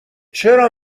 چرا